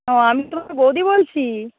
ও আমি তোমার বউদি বলছি